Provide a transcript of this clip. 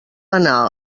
anar